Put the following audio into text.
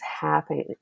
happening